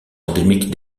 endémique